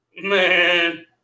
Man